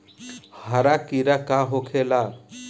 हरा कीड़ा का होखे ला?